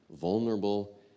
vulnerable